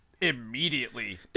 immediately